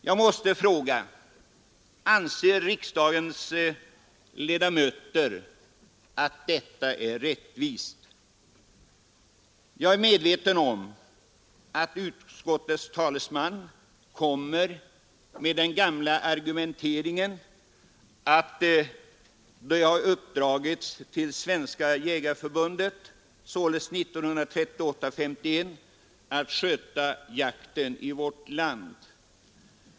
Jag måste fråga: Anser riksdagens ledamöter att detta är rättvist? Jag är medveten om att utskottets talesman kommer med den gamla argumenteringen att det 1938 och 1951 har uppdragits till Svenska jägareförbundet att sköta jakten i vårt land.